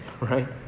right